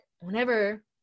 whenever